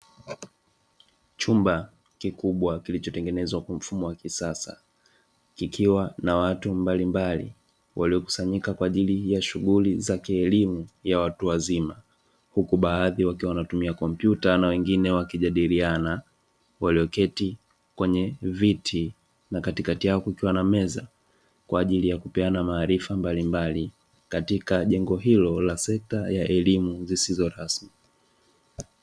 Chumba kikubwa kilichotengenezwa kwa mfumo wa kisasa kikiwa na watu mbalimbali waliokusanyika kwa ajili ya shughuli za kielimu ya watu wazima, huku baadhi wakiwa wanatumia kompyuta na wengine wakijadiliana; walioketi kwenye viti na katikati yao kukiwa na meza kwa ajili ya kupeana maarifa mbalimbali katika jengo hilo la sekta ya elemu zisizo rasmi.